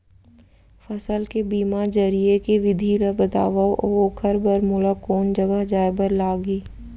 फसल के बीमा जरिए के विधि ला बतावव अऊ ओखर बर मोला कोन जगह जाए बर लागही?